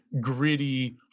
gritty